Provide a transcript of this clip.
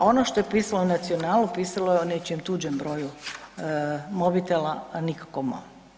Ono što je pisalo u Nacionalu, pisalo je o nečijem tuđem broju mobitela, a nikako mom.